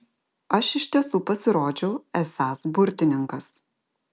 aš iš tiesų pasirodžiau esąs burtininkas